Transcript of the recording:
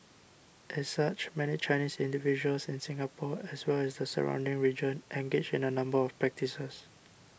as such many Chinese individuals in Singapore as well as the surrounding region engage in a number of practices